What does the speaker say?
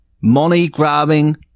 money-grabbing